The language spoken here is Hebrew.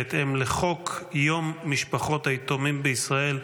בהתאם לחוק יום משפחות היתומים בישראל,